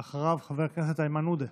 ואחריו, חבר הכנסת איימן עודה.